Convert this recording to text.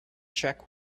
check